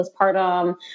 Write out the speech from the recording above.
postpartum